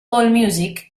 allmusic